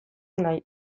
nahi